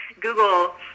Google